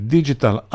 Digital